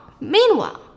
Meanwhile